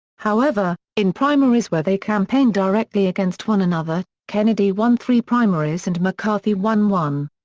however, in primaries where they campaigned directly against one another, kennedy won three primaries and mccarthy won one.